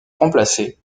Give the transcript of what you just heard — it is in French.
remplacés